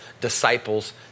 disciples